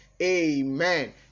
Amen